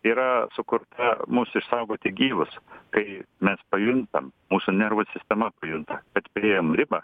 yra sukurta mus išsaugoti gyvus kai mes pajuntam mūsų nervų sistema pajunta kad priėjom ribą